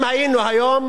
אם היינו היום